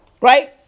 Right